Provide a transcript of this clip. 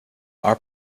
our